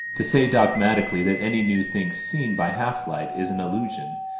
to say dogmatically that any new thing seen by half-light is an illusion,